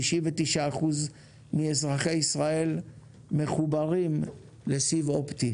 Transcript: ש-99 אחוזים מאזרחי ישראל מחוברים לסיב אופטי.